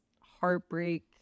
heartbreak